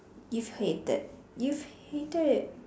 you hated you hated